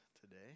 today